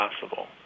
possible